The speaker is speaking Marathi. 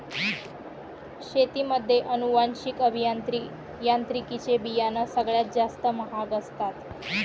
शेतीमध्ये अनुवांशिक अभियांत्रिकी चे बियाणं सगळ्यात जास्त महाग असतात